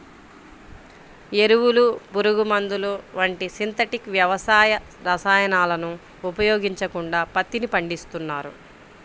ఎరువులు, పురుగుమందులు వంటి సింథటిక్ వ్యవసాయ రసాయనాలను ఉపయోగించకుండా పత్తిని పండిస్తున్నారు